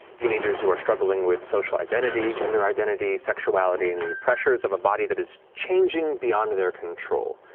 teenagers who are struggling with social identity, gender identity, sexuality, and the pressures of a body that is changing beyond their control.